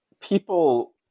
People